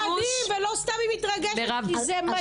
זה מדהים, ולא סתם היא מתרגשת כי זה מדהים.